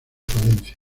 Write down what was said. palencia